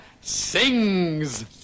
Sings